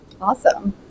Awesome